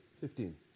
Fifteen